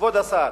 כבוד השר,